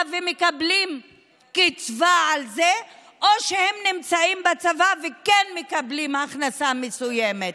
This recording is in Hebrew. ומקבלים קצבה על זה או שהם נמצאים בצבא ומקבלים הכנסה מסוימת.